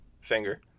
Finger